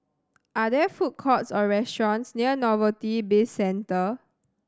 are there food courts or restaurants near Novelty Bizcentre